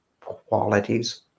qualities